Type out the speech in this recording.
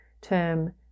term